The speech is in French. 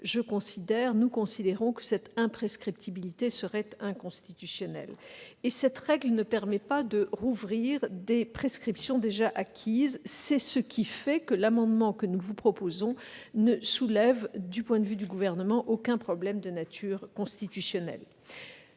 nous estimons qu'une telle mesure serait inconstitutionnelle. J'ajoute que cet amendement ne revient pas à rouvrir des prescriptions déjà acquises. C'est ce qui fait que l'amendement que nous vous proposons ne soulève, du point de vue du Gouvernement, aucun problème de nature constitutionnelle.